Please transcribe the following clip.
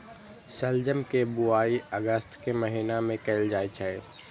शलजम के बुआइ अगस्त के महीना मे कैल जाइ छै